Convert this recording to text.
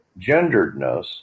genderedness